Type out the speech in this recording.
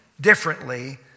differently